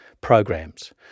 programs